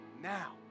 now